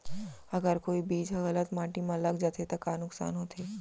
अगर कोई बीज ह गलत माटी म लग जाथे त का नुकसान होथे?